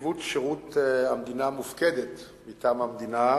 נציבות שירות המדינה מופקדת מטעם המדינה,